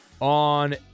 on